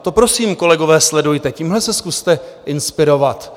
To prosím, kolegové, sledujte, tímhle se zkuste inspirovat.